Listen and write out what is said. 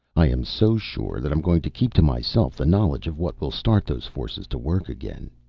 i am so sure that i'm going to keep to myself the knowledge of what will start those forces to work again,